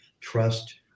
trust